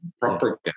proper